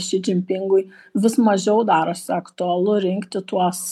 si dzinpingui vis mažiau darosi aktualu rinkti tuos